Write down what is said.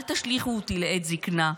אל תשליכו אותי לעת זקנה,